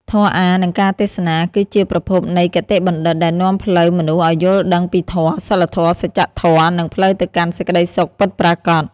ធម៌អាថ៌ និងការទេសនា គឺជាប្រភពនៃគតិបណ្ឌិតដែលនាំផ្លូវមនុស្សឲ្យយល់ដឹងពីធម៌ សីលធម៌ សច្ចធម៌ និងផ្លូវទៅកាន់សេចក្ដីសុខពិតប្រាកដ។